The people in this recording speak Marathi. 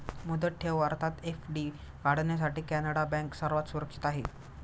मुदत ठेव अर्थात एफ.डी काढण्यासाठी कॅनडा बँक सर्वात सुरक्षित आहे